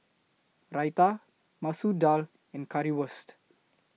Raita Masoor Dal and Currywurst